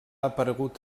aparegut